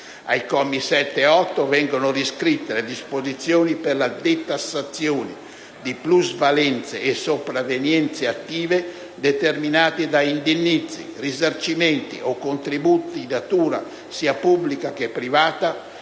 Ai commi 7 e 8 vengono riscritte le disposizioni per la detassazione di plusvalenze e sopravvenienze attive determinate da indennizzi, risarcimenti o contributi di natura sia pubblica che privata